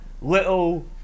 little